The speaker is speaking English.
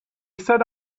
set